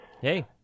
Hey